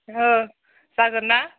औ जागोन ना